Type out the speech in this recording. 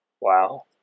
Wow